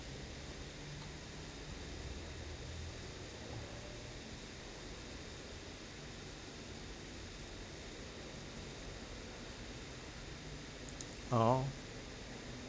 orh